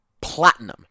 platinum